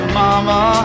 mama